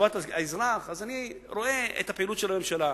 לטובת האזרח, אז אני רואה את הפעילות של הממשלה.